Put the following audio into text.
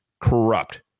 corrupt